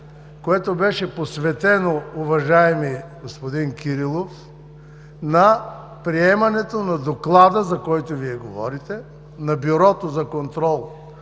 което беше посветено, уважаеми господин Кирилов, на приемането на Доклада, за който Вие говорите, на Бюрото за контрол